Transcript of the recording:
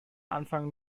anfang